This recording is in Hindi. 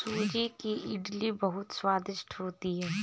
सूजी की इडली बहुत स्वादिष्ट होती है